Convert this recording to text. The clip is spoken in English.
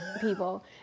people